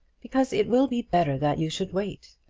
because it will be better that you should wait.